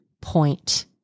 point